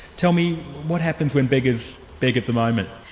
tell me, what happens when beggars beg at the moment?